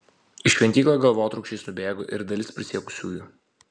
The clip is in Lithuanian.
į šventyklą galvotrūkčiais nubėgo ir dalis prisiekusiųjų